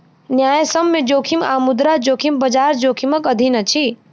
न्यायसम्य जोखिम आ मुद्रा जोखिम, बजार जोखिमक अधीन अछि